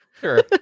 Sure